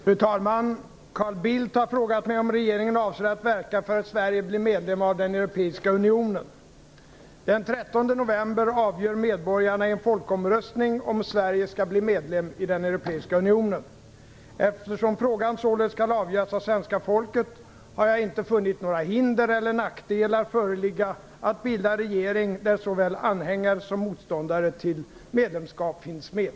Fru talman! Carl Bildt har frågat mig om regeringen avser att verka för att Sverige blir medlem av Europeiska unionen. Den 13 november avgör medborgarna i en folkomröstning om Sverige skall bli medlem i Eftersom frågan således skall avgöras av svenska folket, har jag inte funnit några hinder eller nackdelar föreligga att bilda regering där såväl anhängare som motståndare till ett medlemskap finns med.